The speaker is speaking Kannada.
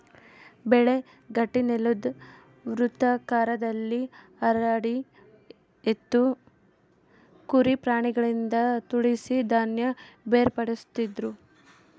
ಬೆಳೆ ಗಟ್ಟಿನೆಲುದ್ ವೃತ್ತಾಕಾರದಲ್ಲಿ ಹರಡಿ ಎತ್ತು ಕುರಿ ಪ್ರಾಣಿಗಳಿಂದ ತುಳಿಸಿ ಧಾನ್ಯ ಬೇರ್ಪಡಿಸ್ತಿದ್ರು